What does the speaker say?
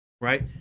right